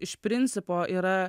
iš principo yra